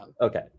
Okay